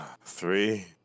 Three